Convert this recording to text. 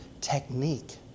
technique